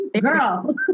girl